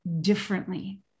differently